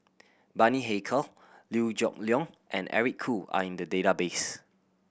Bani Haykal Liew Geok Leong and Eric Khoo are in the database